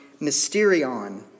mysterion